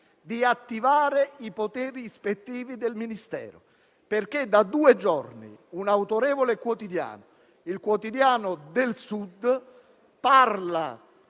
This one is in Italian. di attivare i poteri ispettivi del Ministero, perché da due giorni un autorevole quotidiano, «il Quotidiano del Sud», parla